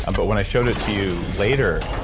ah but when i showed it to you later,